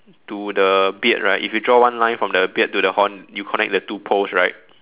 to the the beard right if you draw one line from the beard to the horn you connect the two poles right